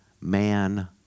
man